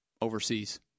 overseas